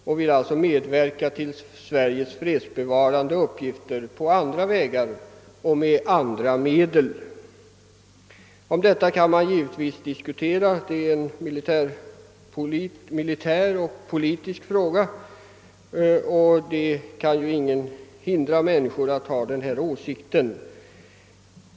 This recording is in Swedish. De vill alltså medverka till Sveriges fredsbevarande uppgifter på andra vägar och med andra medel. Man kan givetvis diskutera en dylik inställning. Det är en militär och politisk fråga, men ingen kan hindra människor att ha en sådan åsikt.